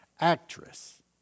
actress